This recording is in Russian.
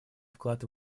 вклад